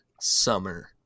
Summer